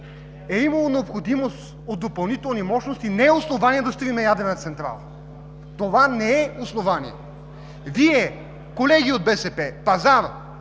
е имало необходимост от допълнителни мощности, не е основание да строим ядрена централа. Това не е основание! Вие, колеги от БСП, пазар